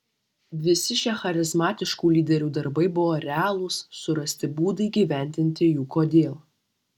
visi šie charizmatiškų lyderių darbai buvo realūs surasti būdai įgyvendinti jų kodėl